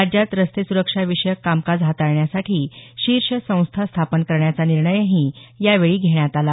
राज्यात रस्ते सुरक्षा विषयक कामकाज हाताळण्यासाठी शीर्षसंस्था स्थापन करण्याचा निर्णयही यावेळी घेण्यात आला